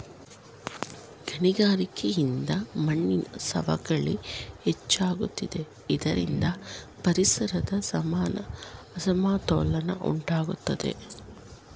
ಗಣಿಗಾರಿಕೆಯಿಂದ ಮಣ್ಣಿನ ಸವಕಳಿ ಹೆಚ್ಚಾಗುತ್ತಿದೆ ಇದರಿಂದ ಪರಿಸರದ ಸಮಾನ ಅಸಮತೋಲನ ಉಂಟಾಗುತ್ತದೆ